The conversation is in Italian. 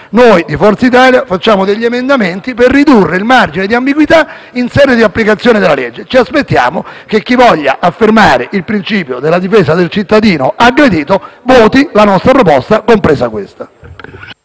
Noi di Forza Italia proponiamo degli emendamenti per ridurre il margine di ambiguità in sede di applicazione della legge. Ci aspettiamo che chi voglia affermare il principio della difesa del cittadino aggredito voti a favore della nostra proposta.